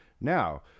Now